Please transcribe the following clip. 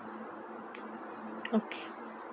okay